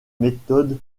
méthodes